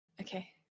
Okay